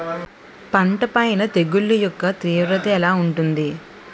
పంట పైన తెగుళ్లు యెక్క తీవ్రత ఎలా ఉంటుంది